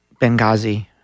Benghazi